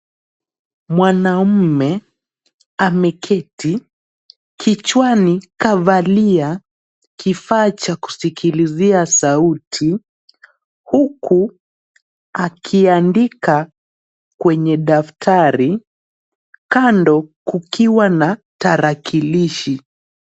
Mwanamume ameketi kichwani kavalia kifaa cha kusikilizia sauti huku akiandika kwenye daftari kando kukiwa na tarakilishi.